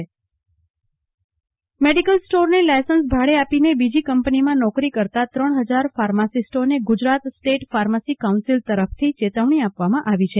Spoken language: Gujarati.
કલ્પના શાહ ફાર્માસિસ્ટોને ચેતવણી મેડિકલ સ્ટોરને લાયસન્સ ભાડે આપીને બીજી કંપનીમાં નોકરી કરતા ત્રણ હજાર ફાર્માસીસ્ટોને ગુજરાત સ્ટેટ ફાર્મસી કાઉન્સીલ તરફથી ચેતવણી આપવામાં આવી છે